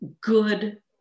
good